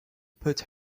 put